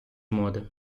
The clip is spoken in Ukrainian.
моди